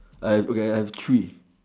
I have okay I have three